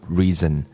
reason